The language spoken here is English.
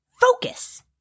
focus